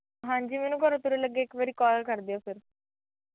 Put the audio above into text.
ਹਾਂਜੀ ਮੈਨੂੰ ਘਰੋਂ ਤੁਰਨ ਲੱਗੇ ਇੱਕ ਵਾਰੀ ਕੋਲ ਕਰ ਦਿਓ ਫਿਰ